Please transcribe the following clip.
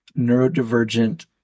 neurodivergent